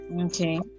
okay